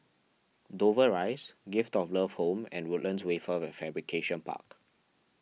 Dover Rise Gift of Love Home and Woodlands Wafer Fabrication Park